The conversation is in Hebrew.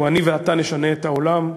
הוא: "אני ואתה נשנה את העולם".